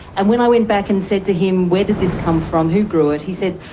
and when i went back and said to him, where did this come from, who grew it? he said,